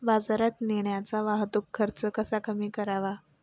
बाजारात नेण्याचा वाहतूक खर्च कसा कमी करावा?